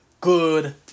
good